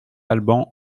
alban